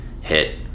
hit